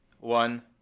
one